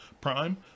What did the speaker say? Prime